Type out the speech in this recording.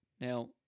now